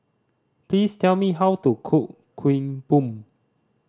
please tell me how to cook Kuih Bom